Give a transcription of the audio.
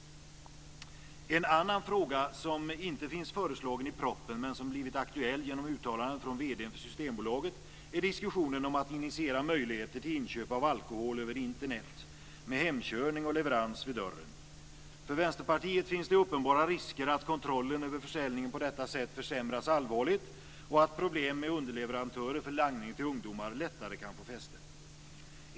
En annan fråga som inte finns föreslagen i proppen, men som blivit aktuell genom uttalanden från vd för Systembolaget, är diskussionen om att initiera möjligheter till inköp av alkohol över Internet med hemkörning och leverans vid dörren. Enligt Vänsterpartiet finns det uppenbara risker för att kontrollen över försäljningen på detta sätt försämras allvarligt och att problem med underleverantörer för langning till ungdomar lättare kan få fäste.